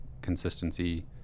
consistency